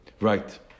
Right